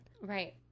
Right